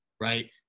right